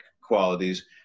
qualities